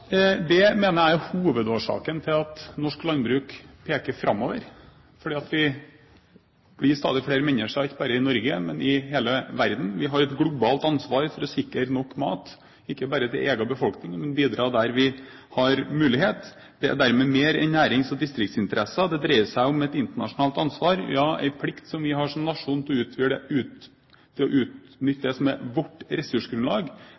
Det mener jeg er hovedårsaken til at norsk landbruk peker framover, for vi blir stadig flere mennesker ikke bare i Norge, men i hele verden. Vi har et globalt ansvar for å sikre nok mat ikke bare til egen befolkning, men bidra der vi har mulighet. Det er dermed mer enn nærings- og distriktsinteresser. Det dreier seg om et internasjonalt ansvar, ja, en plikt vi har som nasjon til å utnytte det som er vårt ressursgrunnlag, det som er våre muligheter til å